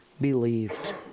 believed